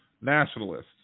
nationalists